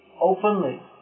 openly